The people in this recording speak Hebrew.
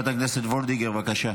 חברת הכנסת וולדיגר, בבקשה.